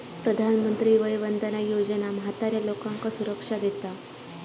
प्रधानमंत्री वय वंदना योजना म्हाताऱ्या लोकांका सुरक्षा देता